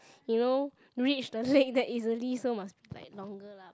you know reach the leg that easily so must be like longer lah